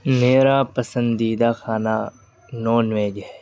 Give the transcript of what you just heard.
میرا پسندیدہ کھانا نان ویج ہے